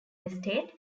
estate